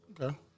Okay